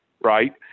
right